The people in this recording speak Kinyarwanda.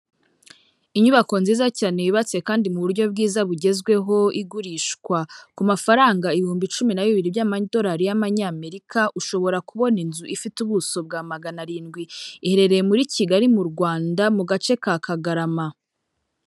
Inyubako nziza cyane yubatse kandi mu buryo bwiza bugezweho igurishwa ku mafaranga ibihumbi cumi na bibiri by'amadorari ya amanyamerika ushobora kubona inzu ifite ubuso bwa magana arindwi iherereye muri Kigali mu Rwanda mu gace ka Kagarama.